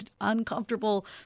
uncomfortable